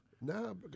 No